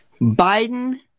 Biden